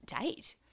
date